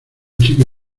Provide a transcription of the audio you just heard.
chica